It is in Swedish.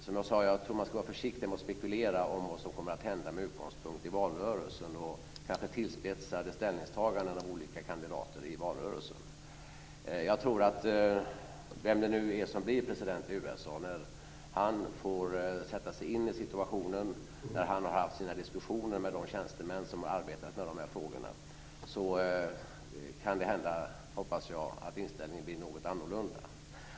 Som jag sade, tror jag att man ska vara försiktig med att spekulera i vad som kommer att hända med utgångspunkt i valrörelsen och kanske tillspetsade ställningstaganden av olika kandidater i valrörelsen. När den som blir president i USA får sätta sig in i situationen och har haft sina diskussioner med de tjänstemän som arbetat med de här frågorna kan det hända, hoppas jag, att inställningen blir något annorlunda.